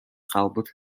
хаалбыт